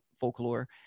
folklore